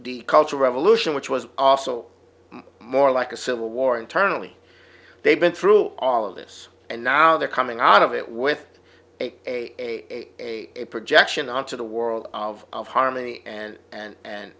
e cultural revolution which was also more like a civil war internally they've been through all of this and now they're coming out of it with a a a a projection on to the world of harmony and and and